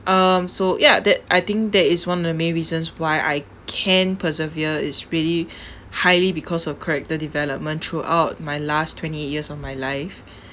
um so ya that I think that is one of the main reasons why I can persevere it's really highly because of character development throughout my last twenty-eight years of my life